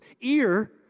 ear